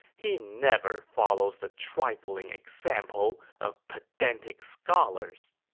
he never follows the trifling example of pedantic scholars.